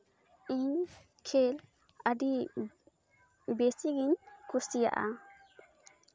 ᱤᱧ ᱠᱷᱮᱞ ᱟᱹᱰᱤ ᱵᱮᱥᱤᱜᱤᱧ ᱠᱩᱥᱤᱭᱟᱜᱼᱟ